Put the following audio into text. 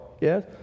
Yes